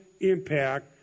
impact